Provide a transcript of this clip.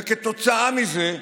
כתוצאה מזה,